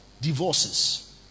divorces